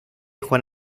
juan